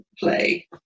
play